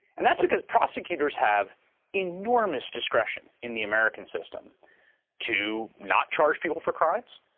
and that's because prosecutors have enormous discretion in the american system to not charge people for crimes,